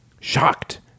shocked